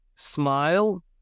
smile